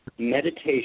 Meditation